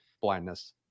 blindness